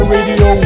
Radio